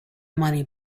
money